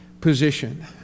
position